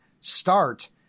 start